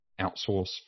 outsource